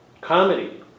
Comedy